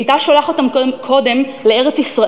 היא הייתה שולחת אותם קודם לארץ-ישראל,